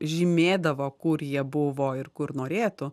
žymėdavo kur jie buvo ir kur norėtų